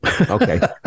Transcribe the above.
Okay